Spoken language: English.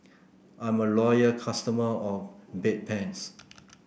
I'm a loyal customer of Bedpans